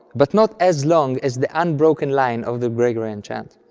but not as long as the unbroken line of the gregorian chant,